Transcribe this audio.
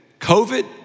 COVID